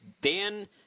Dan